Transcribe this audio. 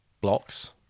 blocks